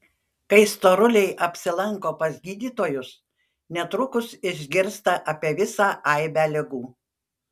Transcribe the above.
kai storuliai apsilanko pas gydytojus netrukus išgirsta apie visą aibę ligų